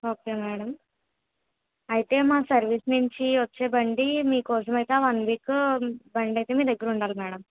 okay madam అయితే మా service నుంచి వచ్చే బండి మీకోసం అయితే ఆ వన్ వీక్ బండి అయితే మీ దగ్గర ఉండాలి మేడం